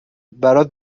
برات